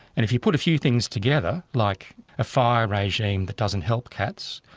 and if you put a few things together, like ah fire regime that doesn't help cats,